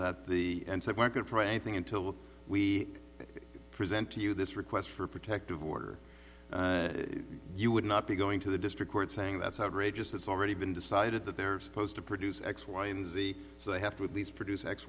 that the worker training until we present to you this request for a protective order you would not be going to the district court saying that's outrageous that's already been decided that they're supposed to produce x y and z so they have to at least produce x